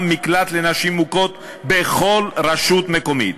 מקלט לנשים מוכות בכל רשות מקומית.